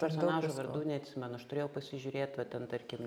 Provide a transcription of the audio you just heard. personažų vardų neatsimenu aš turėjau pasižiūrėt va ten tarkim